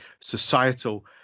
societal